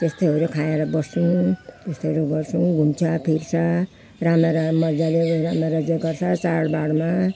त्यस्तैहरू खाएर बस्छौँ त्यस्तैहरू गर्छौँ घुम्छ फिर्छ राम्रो र मजाले राम्रो रजगज गर्छ चाडबाडमा